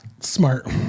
Smart